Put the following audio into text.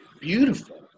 beautiful